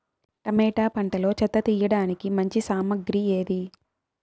Tomato పంటలో చెత్త తీయడానికి మంచి సామగ్రి ఏది?